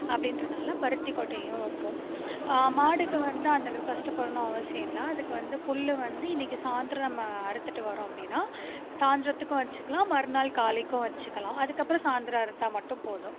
அப்படின்றனால பருத்தி கொட்டையும் வைப்போம் மாடுக்கு வந்து அந்த அளவுக்கு கஷ்டப்படணும்னு அவசியம் இல்லை அதுக்கு வந்து புல் வந்து இன்றைக்கு சாயந்தரம் நம்ம அறுத்துகிட்டு வரோம் அப்படினா சாயந்தரத்துக்கும் வைச்சுக்கலாம் மறு நாள் காலையிலைக்கும் வைச்சுக்கலாம் அதுக்கப்புறம் சாயந்தரம் அறுத்தால் மட்டும் போதும்